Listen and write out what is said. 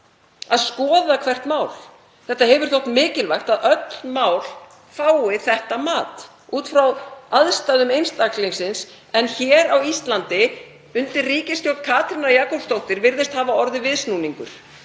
að skoða hvert mál. Það hefur þótt mikilvægt að öll mál fái þetta mat út frá aðstæðum einstaklingsins. En hér á Íslandi, undir stjórn ríkisstjórnar Katrínar Jakobsdóttur, virðist hafa orðið viðsnúningur.